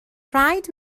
rhaid